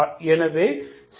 எனவே c10